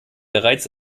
bereits